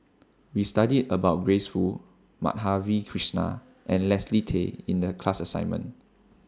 We studied about Grace Fu Madhavi Krishnan and Leslie Tay in The class assignment